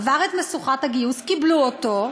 עבר את משוכת הגיוס, קיבלו אותו,